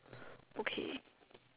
okay